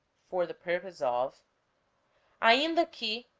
for the purpose of ainda que,